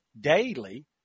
daily